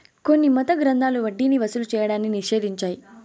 కొన్ని మత గ్రంథాలు వడ్డీని వసూలు చేయడాన్ని నిషేధించాయి